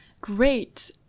Great